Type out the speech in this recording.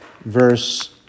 verse